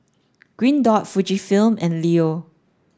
green dot Fujifilm and Leo